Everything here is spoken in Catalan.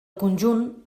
conjunt